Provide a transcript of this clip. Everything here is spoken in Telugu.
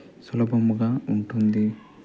సులభముగా ఉంటుంది